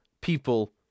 people